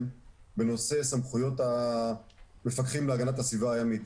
בנושא סמכויות המפקחים להגנת הסביבה הימית.